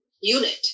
unit